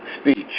speech